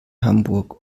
hamburg